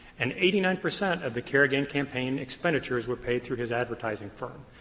and eighty nine percent of the carrigan campaign expenditures were paid through his advertising firm.